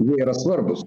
jie yra svarbūs